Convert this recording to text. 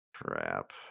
crap